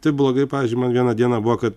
taip blogai pavyzdžiui man vieną dieną buvo kad